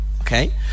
okay